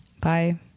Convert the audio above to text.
bye